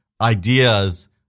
ideas